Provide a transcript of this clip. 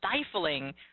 stifling